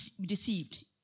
deceived